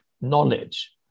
knowledge